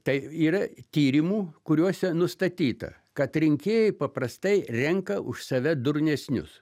tai yra tyrimų kuriuose nustatyta kad rinkėjai paprastai renka už save durnesnius